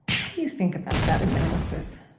what do you think about that analysis?